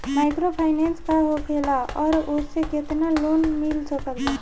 Microfinance का होखेला और ओसे केतना लोन मिल सकत बा?